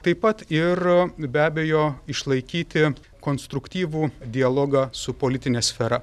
taip pat ir be abejo išlaikyti konstruktyvų dialogą su politine sfera